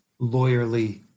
lawyerly